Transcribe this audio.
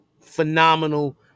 phenomenal